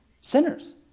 sinners